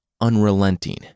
unrelenting